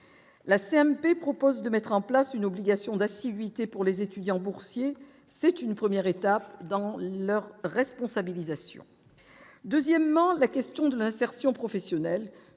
la CMP, propose de mettre en place une obligation d'assiduité pour les étudiants boursiers, c'est une première étape dans leur responsabilisation. Deuxièmement, la question de l'insertion professionnelle